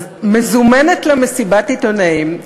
אז מזומנת לה מסיבת עיתונאים,